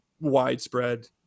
widespread